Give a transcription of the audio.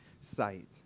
sight